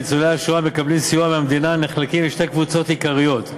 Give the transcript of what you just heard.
ניצולי השואה המקבלים סיוע מהמדינה נחלקים לשתי קבוצות עיקריות: